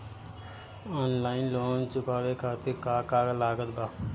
Online loan चुकावे खातिर का का लागत बा?